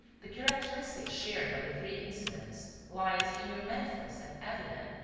the characteristic shared by the three incidents lies in your manifest and evident,